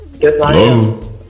Hello